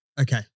Okay